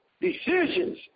decisions